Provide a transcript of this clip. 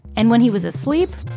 and when he was asleep,